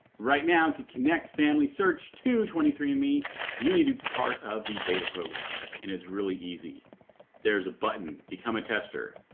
right now to connect familysearch to twenty three andme you need a part of the beta program and it's really easy there's a button become a tester,